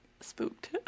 spooked